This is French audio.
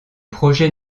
projet